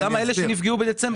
למה לא לתת לאלה שנפגעו בדצמבר?